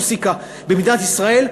מוזיקה במדינת ישראל,